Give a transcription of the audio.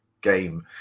game